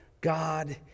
God